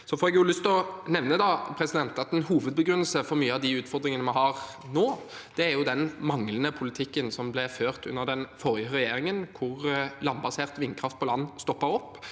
Jeg får lyst til å nevne at en hovedbegrunnelse for mange av de utfordringene vi har nå, er den manglende politikken som ble ført under den forrige regjeringen, hvor landbasert vindkraft stoppet opp,